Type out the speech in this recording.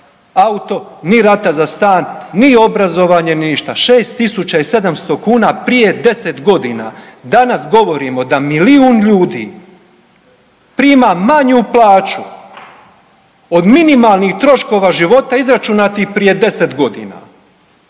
auto ni rata za stan ni obrazovanje, ni ništa. 6 700 kuna prije 10 godina. Danas govorimo da milijun ljudi prima manju plaću od minimalnih troškova života izračunatih prije 10 godina.